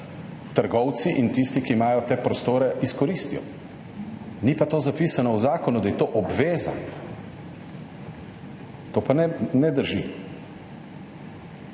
trgovci in tisti, ki imajo te prostore, izkoristijo, ni pa to zapisano v zakonu, da je to obveza. To pa ne drži.